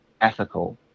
ethical